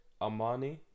Armani